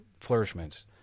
flourishments